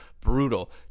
brutal